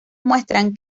muestran